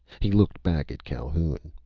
he looked back at calhoun.